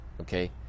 Okay